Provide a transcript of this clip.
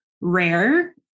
rare